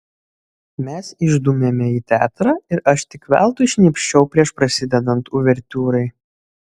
mes išdūmėme į teatrą ir aš tik veltui šnypščiau prieš prasidedant uvertiūrai